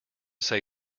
say